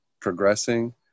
progressing